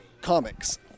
Comics